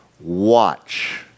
watch